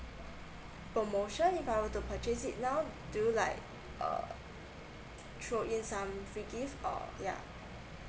promotion if I were to purchase it now do you like uh me some free gift uh yeah